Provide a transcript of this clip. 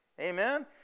Amen